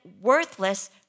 worthless